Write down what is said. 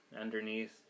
underneath